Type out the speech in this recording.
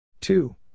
Two